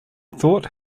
thought